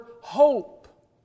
hope